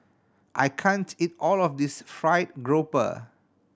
I can't eat all of this fried grouper